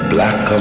Black